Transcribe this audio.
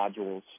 modules